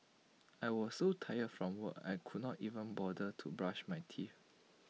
I was so tired from work I could not even bother to brush my teeth